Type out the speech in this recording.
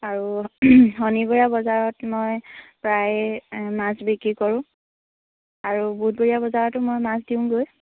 আৰু শনিবৰীয়া বজাৰত মই প্ৰায় মাছ বিক্ৰী কৰোঁ আৰু বুধবৰীয়া বজাৰতো মই মাছ দিওঁগৈ